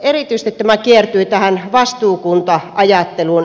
erityisesti tämä kiertyi tähän vastuukunta ajatteluun